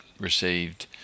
received